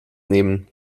nehmen